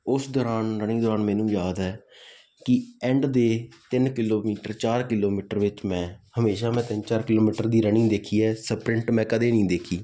ਉਸ ਦੌਰਾਨ ਰਨਿੰਗ ਦੌਰਾਨ ਮੈਨੂੰ ਯਾਦ ਹੈ ਕਿ ਐਂਡ ਦੇ ਤਿੰਨ ਕਿਲੋਮੀਟਰ ਚਾਰ ਕਿਲੋਮੀਟਰ ਵਿੱਚ ਮੈਂ ਹਮੇਸ਼ਾ ਮੈਂ ਤਿੰਨ ਚਾਰ ਕਿਲੋਮੀਟਰ ਦੀ ਰਨਿੰਗ ਦੇਖੀ ਹੈ ਸਪਰਿੰਟ ਮੈਂ ਕਦੇ ਨਹੀਂ ਦੇਖੀ